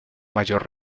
mayor